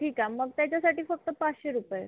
ठीक आहे मग त्याच्यासाठी फक्त पाचशे रुपये